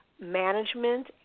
management